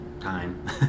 time